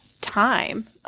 time